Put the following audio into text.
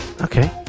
Okay